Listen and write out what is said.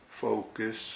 focus